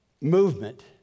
movement